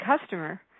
customer